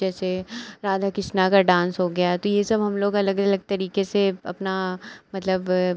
जैसे राधा कृष्णा का डांस हो गया तो यह सब हम लोग अलग अलग तरीक़े से अपना मतलब